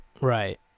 Right